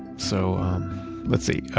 so let's see, ah